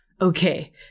Okay